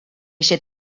che